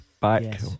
back